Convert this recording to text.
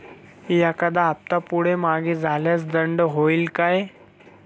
एखादा हफ्ता पुढे मागे झाल्यास दंड होईल काय?